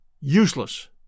Useless